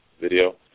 video